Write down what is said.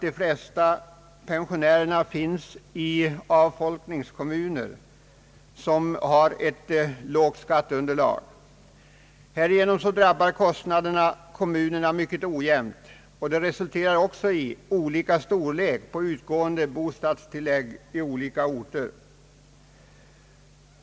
De flesta pensionärer finns i avfolkningskommuner som har lågt skatteunderlag. Härigenom drabbar kostnaderna kommunerna mycket ojämnt, och det resulterar också i olika storlek på utgående bostadstillägg i olika orter.